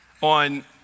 On